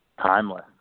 timeless